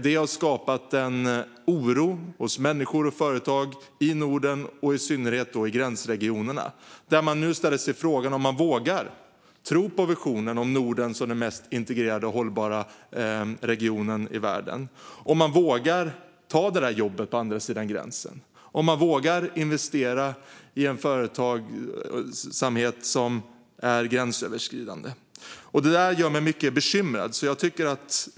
Det har skapat en oro hos människor och företag i Norden, i synnerhet i gränsregionerna. Där frågar man sig nu om man vågar tro på visionen om Norden som den mest integrerade och hållbara regionen i världen. Vågar man ta det där jobbet på andra sidan gränsen? Vågar man investera i företagsamhet som är gränsöverskridande? Detta gör mig mycket bekymrad.